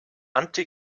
anti